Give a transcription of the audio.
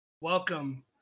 Welcome